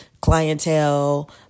clientele